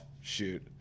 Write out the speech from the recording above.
shoot